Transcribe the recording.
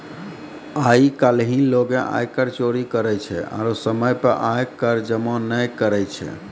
आइ काल्हि लोगें आयकर चोरी करै छै आरु समय पे आय कर जमो नै करै छै